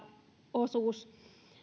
osuus